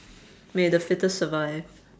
may the fittest survive